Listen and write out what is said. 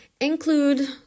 include